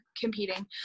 competing